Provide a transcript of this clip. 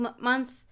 month